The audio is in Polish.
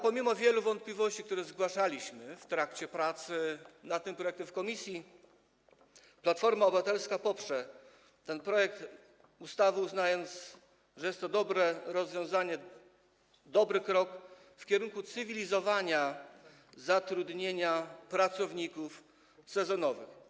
Pomimo wielu wątpliwości, które zgłaszaliśmy w trakcie prac nad tym projektem w komisji, Platforma Obywatelska poprze ten projekt ustawy, uznając, że jest to dobre rozwiązanie, dobry krok w kierunku cywilizowania zatrudnienia pracowników sezonowych.